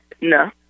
No